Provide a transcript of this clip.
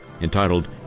entitled